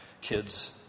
kids